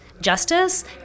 justice